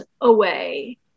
away